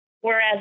Whereas